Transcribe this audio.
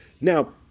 Now